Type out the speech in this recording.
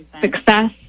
success